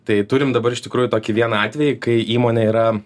tai turim dabar iš tikrųjų tokį vieną atvejį kai įmonė yra